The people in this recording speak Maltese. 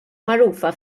magħrufa